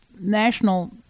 national